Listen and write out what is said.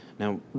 Now